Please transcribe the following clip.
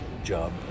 job